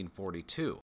1942